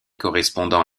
correspondant